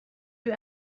you